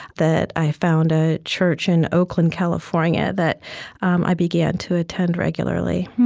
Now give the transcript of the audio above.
that i found a church in oakland, california that um i began to attend regularly